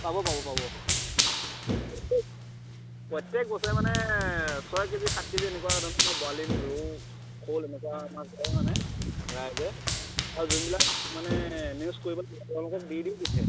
পাব পাব পাব প্ৰত্যেক বছৰে মানে ছয় কেজি সাত কেজি এনেকুৱা ধৰণৰ বৰালি ৰৌ শল এনেকুৱা মাছ ধৰে মানে ৰাইজে হয় যোনবিলাক মানে নিউজ কৰিবলৈ তেওঁলোকক দি দি পঠিয়ায়